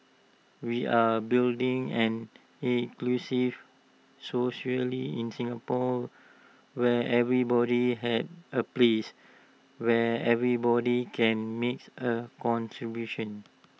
we are building an inclusive socially in Singapore where everybody has A place where everybody can makes A contribution